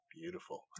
beautiful